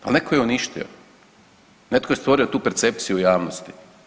Ali neko je uništio, netko je stvorio tu percepciju u javnosti.